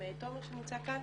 עם תומר שנמצא כאן